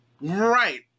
right